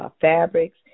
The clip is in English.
fabrics